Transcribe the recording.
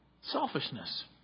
selfishness